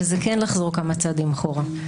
וזה כן לחזור כמה צעדים אחורה.